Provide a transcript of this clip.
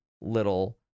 little